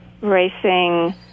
racing